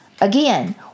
Again